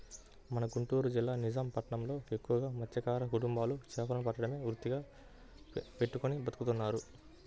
మన గుంటూరు జిల్లా నిజాం పట్నంలో ఎక్కువగా మత్స్యకార కుటుంబాలు చేపలను పట్టడమే వృత్తిగా పెట్టుకుని బతుకుతున్నారు